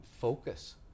focus